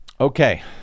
Okay